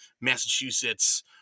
Massachusetts